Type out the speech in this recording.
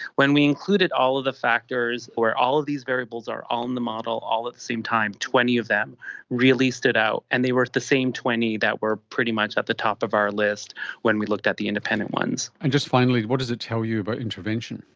when we included all of the factors where all of these variables are on and the model all at the same time, twenty of them really stood out and they were the same twenty that were pretty much at the top of our list when we looked at the independent ones. and just finally, what does it tell you about intervention?